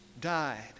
died